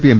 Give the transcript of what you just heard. P M